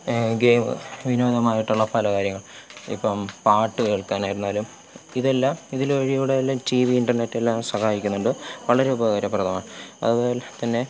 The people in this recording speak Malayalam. ഗെയിം വിനോദമായിട്ടുള്ള പല കാര്യങ്ങൾ ഇപ്പോള് പാട്ട് കേൾക്കാനായിരുന്നാലും ഇതെല്ലാം ഇതിലെ വഴിയൂടെ അല്ല ടി വി ഇൻ്റെർനെറ്റെല്ലാം സഹായിക്കുന്നുണ്ട് വളരെ ഉപകാരപ്രദമാ അതുപോലെ തന്നെ